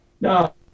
no